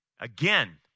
Again